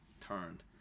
turned